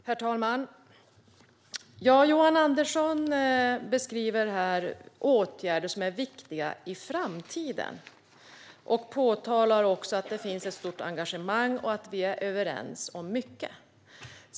Herr talman! Johan Andersson beskriver här åtgärder som är viktiga i framtiden, och han påpekar att det finns ett stort engagemang och att vi är överens om mycket.